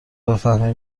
بفهمیم